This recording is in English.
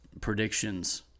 predictions